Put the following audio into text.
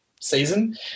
season